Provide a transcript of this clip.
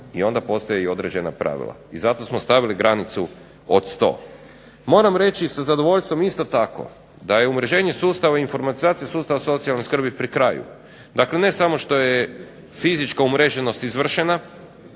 i onda postoje i određena pravila. I zato smo stavili granicu od 100. Moram reći sa zadovoljstvom isto tako da je umreženje sustava i informatizacija sustava socijalne skrbi pri kraju. Dakle, ne samo što je fizička umreženost izvršena,